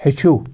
ہیٚچھِو